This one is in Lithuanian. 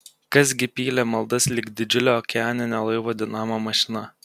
kas gi pylė maldas lyg didžiulio okeaninio laivo dinamo mašina